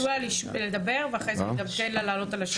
תנו לה לדבר ואחרי זה גם ניתן לה לענות על השאלות.